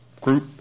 group